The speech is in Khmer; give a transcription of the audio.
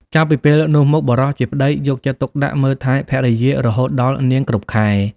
ចាប់ពីពេលនោះមក បុរសជាប្តីយកចិត្តទុកដាក់មើលថែភរិយារហូតដល់ នាងគ្រប់ខែ ។